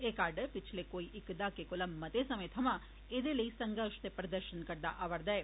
एह् काडर पिछले कोई इक दहाके कोला मते समें थमां एह्दे लेई संघर्श ते प्रदर्शन करदा अवा'रदा ऐ